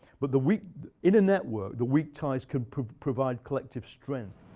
but the weak in a network, the weak ties can provide collective strength.